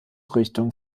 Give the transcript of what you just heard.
richtung